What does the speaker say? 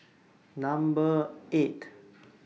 Number eight